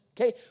Okay